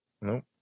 Nope